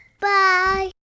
Bye